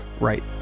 right